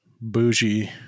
bougie